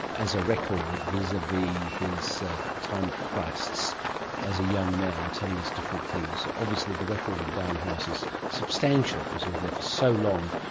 as a record vis-a-vis his time at christ's as a young man, telling us different things? obviously the record at and down house is substantial because he was there for so long.